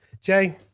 Jay